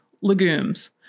legumes